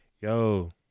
Yo